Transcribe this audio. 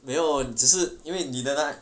没有只是因为你的那